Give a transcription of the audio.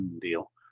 deal